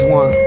one